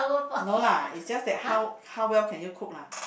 no lah it's just that how how well can you cook lah